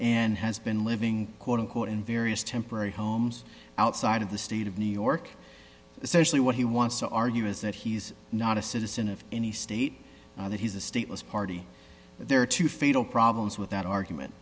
and has been living quote unquote in various temporary homes outside of the state of new york essentially what he wants to argue is that he's not a citizen of any state that he's a stateless party there are two fatal problems with that argument